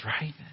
right